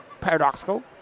paradoxical